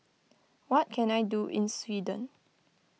what can I do in Sweden